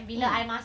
mm